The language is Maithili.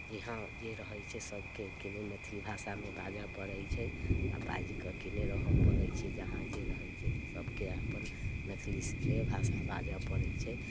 जे हँ जे रहैत छै सबके की ने मैथिली भाषामे बाजऽ पड़ैत छै आ बाजि कऽ की ने रहऽ पड़ैत छै जहाँ जे रहैत छै सबके अपन मैथिली भाषा बाजऽ पड़ैत छै